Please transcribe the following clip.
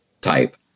type